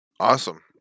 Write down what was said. Awesome